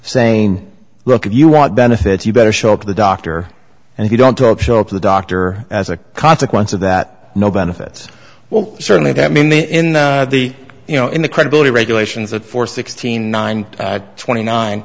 saying look if you want benefits you better show up to the doctor and he don't show up to the doctor as a consequence of that no benefits well certainly that mean in the you know in the credibility regulations that for sixteen nine twenty nine